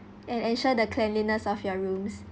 and ensure the cleanliness of your rooms